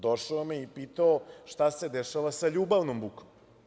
Došao je kod mene i pitao – šta se dešava sa ljubavnom bukom.